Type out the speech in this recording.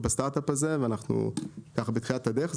בסטארט-אפ הזה ואנחנו בתחילת הדרך,